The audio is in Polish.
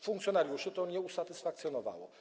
Funkcjonariuszy to nie usatysfakcjonowało.